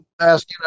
ask